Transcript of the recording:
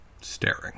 staring